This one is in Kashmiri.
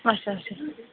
اچھا اچھا